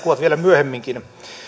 vielä myöhemminkin